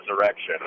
resurrection